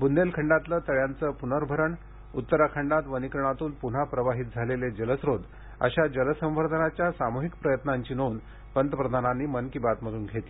ब्देलखंडातलं तळ्याचं पुनर्भरण उत्तराखंडात वनीकरणातून पुन्हा प्रवाहित झालेले जलस्रोत अशा जलसंवर्धनाच्या सामुहिक प्रयत्नांची नोंद पंतप्रधानांनी मन की बात मधून घेतली